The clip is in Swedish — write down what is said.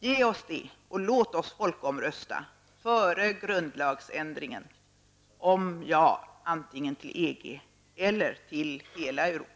Ge oss det och låt oss folkomrösta, före grundlagsändringen, om ett ja, antingen till EG eller till hela Europa.